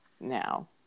now